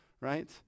Right